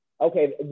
Okay